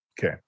Okay